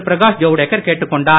பிரகாஷ் ஜவுடேகர் கேட்டுக் கொண்டார்